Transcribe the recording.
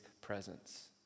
presence